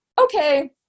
okay